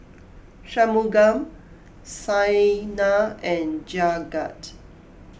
Shunmugam Saina and Jagat